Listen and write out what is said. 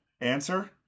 Answer